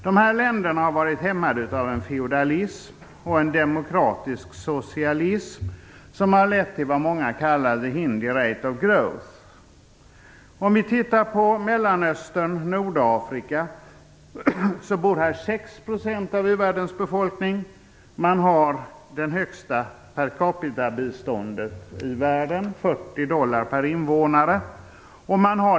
Dessa länder har varit hämmade av en feodalism och en demokratisk socialism som har lett till vad många kallar the Hindi rate of growth. I Mellanöstern och Nordafrika bor 6 % av uvärldens befolkning. De har det högsta biståndet per capita i världen, 40 dollar per invånare.